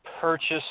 purchase